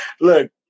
Look